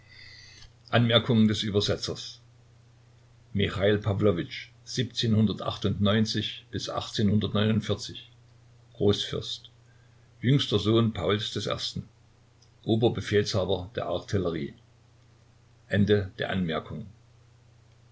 großfürst michail pawlowitschmichail pawlowitsch großfürst jüngster sohn pauls i oberbefehlshaber der artillerie anm